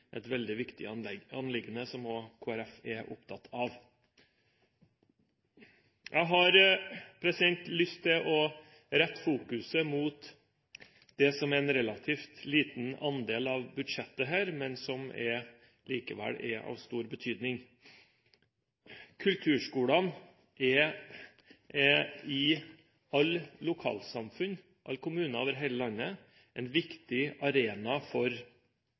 et veldig viktig anliggende som også Kristelig Folkeparti er opptatt av. Jeg har lyst til å fokusere på det som er en relativt liten andel av budsjettet her, men som likevel er av stor betydning. Kulturskolene er i alle lokalsamfunn, i alle kommuner over hele landet, en viktig arena for